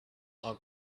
are